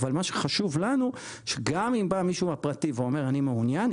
אבל מה שחשוב לנו זה שגם אם בא מישהו מהפרטי ואומר שהוא מעוניין,